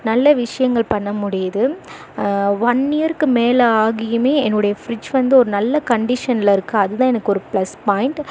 நல்ல விஷயங்கள் பண்ண முடியுது ஒன் இயருக்கு மேலே ஆகியுமே என்னுடைய ஃப்ரிட்ஜ் வந்து ஒரு நல்ல கண்டிஷனில் இருக்குது அதுதான் எனக்கு ஒரு ப்ளஸ் பாயிண்ட்